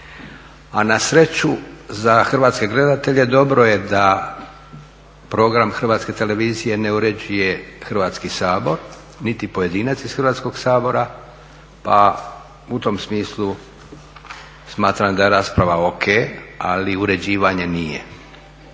a na sreću za hrvatske gledatelje dobro je da program HT-a ne uređuje Hrvatski sabor niti pojedinac iz Hrvatskog sabora pa u tom smislu da je rasprava ok, ali uređivanje nije.